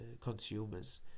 consumers